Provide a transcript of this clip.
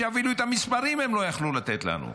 שאפילו את המספרים הם לא היו יכולים לתת לנו.